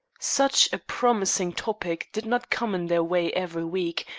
such a promising topic did not come in their way every week,